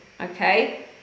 Okay